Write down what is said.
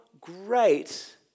great